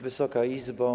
Wysoka Izbo!